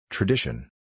Tradition